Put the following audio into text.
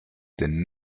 den